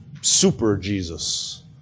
super-Jesus